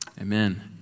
Amen